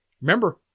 Remember